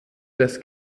des